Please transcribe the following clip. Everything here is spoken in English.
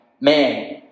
man